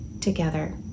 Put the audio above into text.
together